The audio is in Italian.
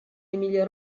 emilia